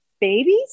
babies